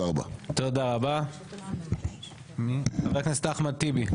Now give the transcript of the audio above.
חבר הכנסת אחמד טיבי.